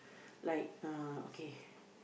like uh okay